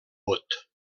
bot